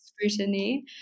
scrutiny